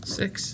six